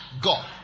God